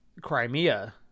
Crimea